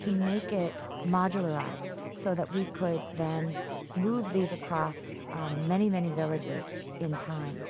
to make it modularized, so that we could then move these across many, many villages in time.